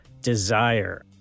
desire